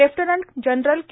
lieutenant general K